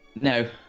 No